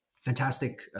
fantastic